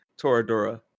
Toradora